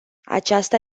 aceasta